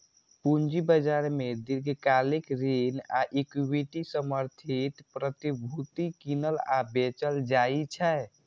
पूंजी बाजार मे दीर्घकालिक ऋण आ इक्विटी समर्थित प्रतिभूति कीनल आ बेचल जाइ छै